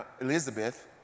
Elizabeth